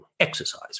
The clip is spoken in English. Exercise